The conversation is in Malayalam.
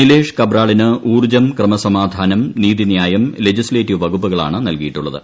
നിലേഷ് കബ്രാളിന് ഊർജ്ജം ക്രമസമാധാനം നീതിന്യായം ലെജിസ്ലേറ്റീവ് വകുപ്പുകളാണ് നൽകിയിട്ടുള്ളത്